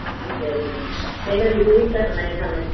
ਠੀਕ ਹੈ ਜੀ ਇਹਦਾ ਜ਼ਰੂਰ ਕਰਨਾ ਜੀ ਹੱਲ